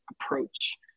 approach